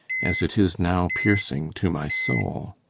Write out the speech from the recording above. as it is now piercing to my soul.